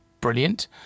brilliant